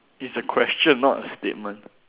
it's a question not a statement